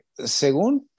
según